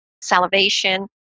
salivation